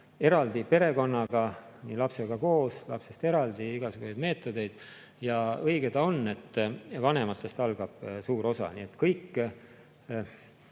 eraldi perekonnaga, nii lapsega koos, lapsest eraldi, igasuguseid meetodeid. Ja õige ta on, et vanematest algab suur osa, kui